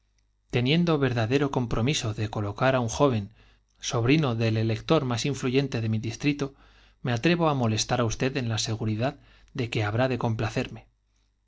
teniendo y compañero verdadero compromiso cíe colocar á unjoven sobrino del elector más influyente de mi distrito me atrevo á molestar á usted en la seguridad de que habrá de complacerme